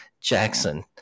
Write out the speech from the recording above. Jackson